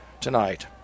tonight